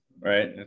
right